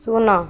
ଶୂନ